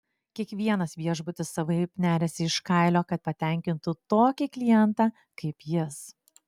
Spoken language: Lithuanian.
kiekvienas viešbutis savaip neriasi iš kailio kad patenkintų tokį klientą kaip jis